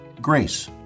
grace